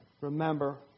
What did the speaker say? Remember